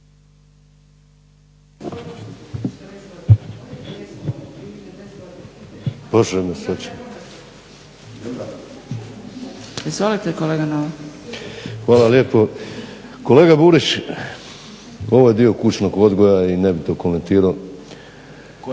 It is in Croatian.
Hvala lijepo. Kolega Burić, ovo je dio kućnog odgoja i ne bi to komentirao,